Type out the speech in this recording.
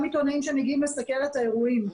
עיתונאים שמגיעים לסקר את האירועים.